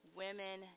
women